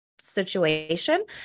situation